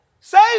Save